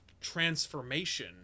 transformation